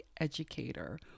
educator